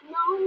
no